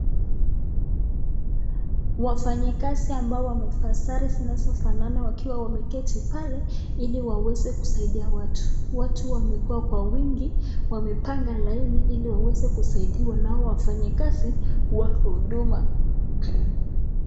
Wafanyikazi ambao wamevaa sare zinazofanana wakiwa wameketi pale ili waweze kusaidia watu ,watu wamekuwa kwa wingi wamepanga laini ili waweze kusaidiwa na hawa wafanyikazi wa huduma.